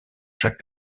chaque